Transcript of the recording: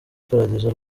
paradizo